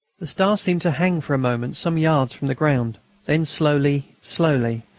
the star seemed to hang for a moment some yards from the ground then slowly, slowly,